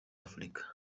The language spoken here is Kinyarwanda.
afurika